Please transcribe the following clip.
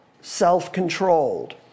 self-controlled